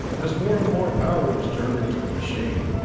as more and more power was turned into the machine,